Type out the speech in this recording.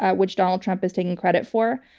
ah which donald trump is taking credit for,